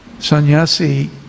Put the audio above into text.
Sannyasi